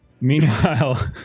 Meanwhile